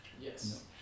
Yes